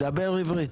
דבר עברית.